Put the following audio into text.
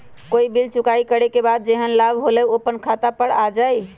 कोई बिल चुकाई करे के बाद जेहन लाभ होल उ अपने खाता पर आ जाई?